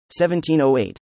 1708